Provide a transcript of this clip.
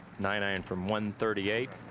nine iron from one thirty eight.